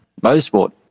motorsport